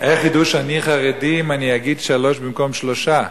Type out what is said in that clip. איך ידעו שאני חרדי אם אני אגיד "שלוש" במקום "שלושה"?